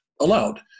allowed